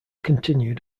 continued